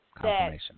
Confirmation